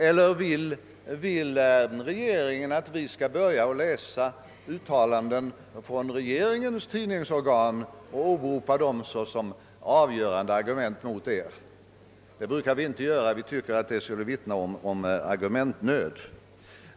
Eller vill regeringen att vi skall börja läsa uttalanden från regeringens tidningsorgan och åberopa dem såsom avgörande argument mot regeringen? Vi brukar inte göra det, eftersom det skulle vittna om argumentnöd.